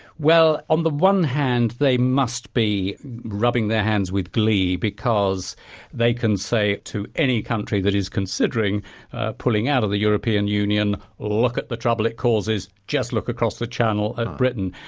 well, on the one hand, they must be rubbing their hands with glee because they can say to any country that is considering pulling out of the european union, look at the trouble it causes. just look across the channel at britain.